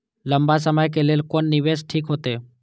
लंबा समय के लेल कोन निवेश ठीक होते?